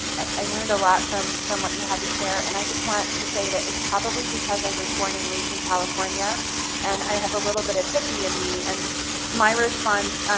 i learned a lot from from what you had to share, and i just want to say that it's probably because i was born and raised in california and i have a little bit of hippie in me, and my response,